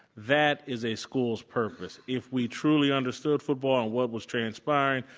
that is a school's purpose. if we truly understood football and what was transpiring,